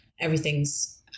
everything's